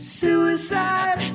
suicide